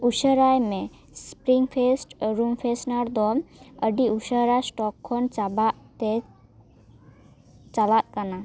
ᱩᱥᱟᱹᱨᱟᱭ ᱢᱮ spring face room freshener ᱫᱚ ᱟᱹᱰᱤ ᱩᱥᱟᱹᱨᱟ ᱥᱴᱚᱠ ᱠᱷᱚᱱ ᱪᱟᱵᱟᱜᱼᱛᱮ ᱪᱟᱞᱟᱜ ᱠᱟᱱᱟ